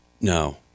No